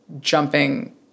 jumping